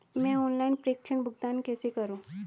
मैं ऑनलाइन प्रेषण भुगतान कैसे करूँ?